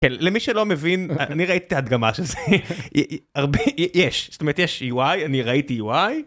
למי שלא מבין אני ראיתי את הדגמה של זה הרבה יש תמיד יש היא וואי אני ראיתי היא וואי.